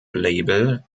label